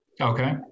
Okay